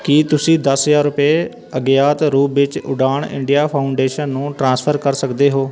ਕੀ ਤੁਸੀਂਂ ਦਸ ਹਜ਼ਾਰ ਰੁਪਏ ਅਗਿਆਤ ਰੂਪ ਵਿੱਚ ਉਡਾਣ ਇੰਡੀਆ ਫਾਊਂਡੇਸ਼ਨ ਨੂੰ ਟ੍ਰਾਂਸਫਰ ਕਰ ਸਕਦੇ ਹੋ